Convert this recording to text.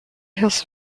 has